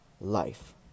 life